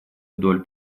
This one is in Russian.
вдоль